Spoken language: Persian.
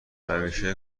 همیشه